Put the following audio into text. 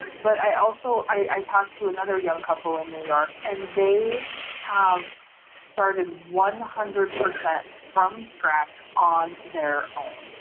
but i also i talked to another young couple in new york and they have started one hundred percent from scratch on their own.